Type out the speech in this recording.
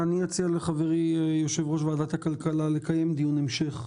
יושב-ראש ועדת הכלכלה לקיים דיון המשך.